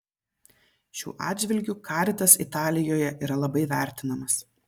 šiuo atžvilgiu caritas italijoje yra labai vertinamas